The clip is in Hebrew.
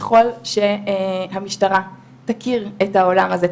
ככול שהמשטרה תכיר את העולם הזה,